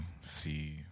see